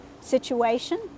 situation